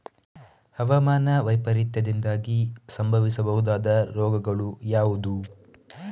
ಹವಾಮಾನ ವೈಪರೀತ್ಯದಿಂದಾಗಿ ಸಂಭವಿಸಬಹುದಾದ ರೋಗಗಳು ಯಾವುದು?